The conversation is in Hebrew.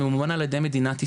שממומן על ידי מדינת ישראל.